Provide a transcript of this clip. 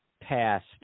past